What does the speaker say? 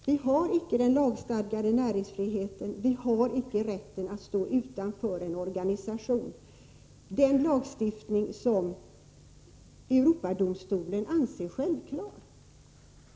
Vi har icke den lagstadgade näringsfriheten, vi har icke rätten att stå utanför en organisation — den lagstiftning som Europadomstolen anser självklar.